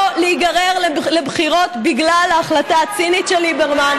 להיגרר לבחירות בגלל ההחלטה הצינית של ליברמן,